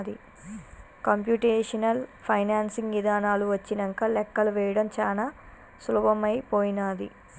computational financing ఇదానాలు వచ్చినంక లెక్కలు వేయడం చానా సులభమైపోనాది